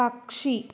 പക്ഷി